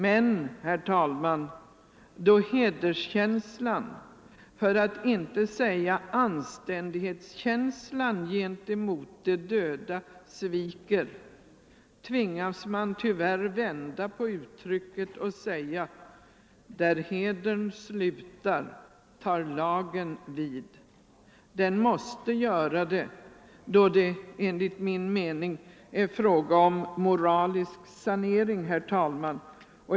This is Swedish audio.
Men då hederskänslan för att inte säga anständighetskänslan, gentemot de döda sviker, tvingas man tyvärr vända på uttrycket och säga: Där hedern slutar, tar lagen vid. Den måste göra det, då det enligt min mening är fråga om en moralisk sanering.